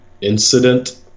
incident